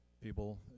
People